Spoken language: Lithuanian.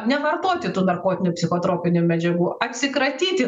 nevartoti tų narkotinių psichotropinių medžiagų atsikratyti